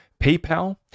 PayPal